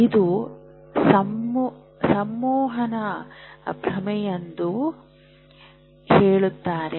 ಇದು ಸಂಮೋಹನ ಭ್ರಮೆಯನ್ನು ಹೋಲುತ್ತದೆ